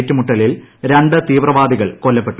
ഏറ്റുമുട്ടലിൽ രണ്ട്ട് കൃപ്രവാദികൾ കൊല്ലപ്പെട്ടു